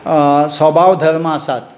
स्वभाव धर्म आसा